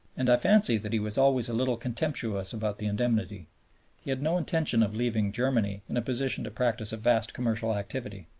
and i fancy that he was always a little contemptuous about the indemnity he had no intention of leaving germany in a position to practise a vast commercial activity.